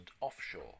offshore